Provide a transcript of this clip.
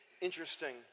interesting